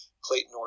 Clayton